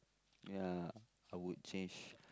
ya I would change